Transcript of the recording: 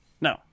No